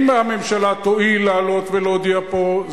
אם הממשלה תואיל לעלות ולהודיע פה,